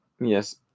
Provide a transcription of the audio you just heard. yes